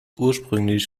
ursprünglich